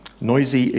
Noisy